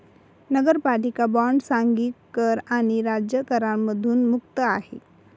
नगरपालिका बॉण्ड सांघिक कर आणि राज्य करांमधून मुक्त आहे